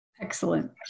Excellent